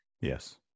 Yes